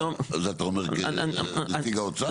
אתה אומר כפקיד האוצר?